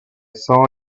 saw